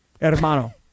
Hermano